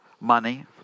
money